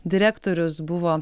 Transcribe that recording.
direktorius buvo